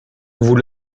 vous